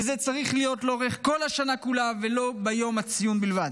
וזה צריך להיות לאורך כל השנה כולה ולא ביום הציון בלבד.